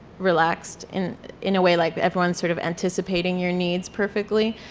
relaxed in in a way like everyone sort of anticipating your needs perfectly,